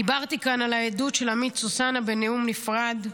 דיברתי כאן על העדות של עמית סוסנה בנאום נפרד,